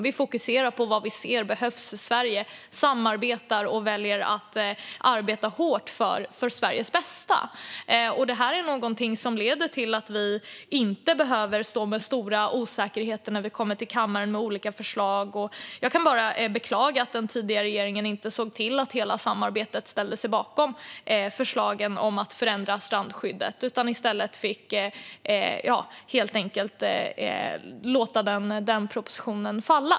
Vi fokuserar på vad vi ser behövs för Sverige, samarbetar och väljer att arbeta hårt för Sveriges bästa. Det är något som leder till att vi inte behöver stå med stora osäkerheter när vi kommer till kammaren med olika förslag. Jag kan bara beklaga att den förra regeringen inte såg till att hela samarbetet ställde sig bakom förslagen om att förändra strandskyddet utan i stället fick låta den propositionen falla.